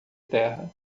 terra